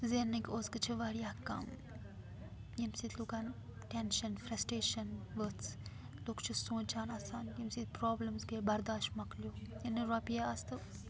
زٮ۪نٕکۍ اوزکہٕ چھِ واریاہ کَم ییٚمہِ سۭتۍ لوٗکَن ٹٮ۪نشَن فرٛسٹریٚشَن ؤژھ لُکھ چھِ سونٛچان آسان ییٚمہِ سۭتۍ پرٛابلِمٕز گٔے بَرداش مۄکلیِو ییٚلہٕ نہٕ رۄپیہِ آسہٕ تہٕ